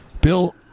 Bill